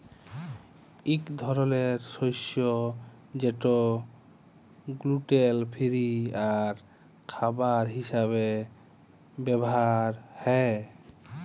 ইক ধরলের শস্য যেট গ্লুটেল ফিরি আর খাবার হিসাবে ব্যাভার হ্যয়